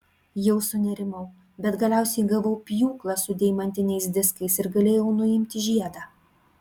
jau sunerimau bet galiausiai gavau pjūklą su deimantiniais diskais ir galėjau nuimti žiedą